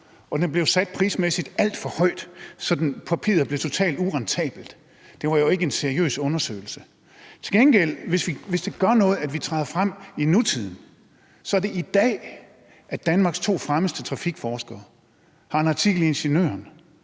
og den blev prismæssigt sat alt for højt, sådan at den på papiret blev totalt urentabel. Det var jo ikke en seriøs undersøgelse. Hvis det gør noget, at vi træder ind i nutiden, så er det i dag, at Danmarks to fremmeste trafikforskere har en artikel i Ingeniøren,